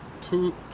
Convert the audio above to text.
two